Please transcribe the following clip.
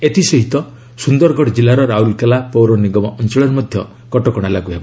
ଏଥିସହିତ ସୁନ୍ଦରଗଡ଼ ଜିଲ୍ଲାର ରାଉରକେଲା ପୌର ନିଗମ ଅଞ୍ଚଳରେ ମଧ୍ୟ କଟକଣା ଲାଗୁ ହେବ